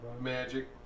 Magic